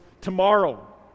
tomorrow